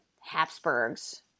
Habsburgs